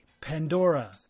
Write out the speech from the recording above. Pandora